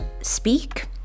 speak